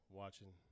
watching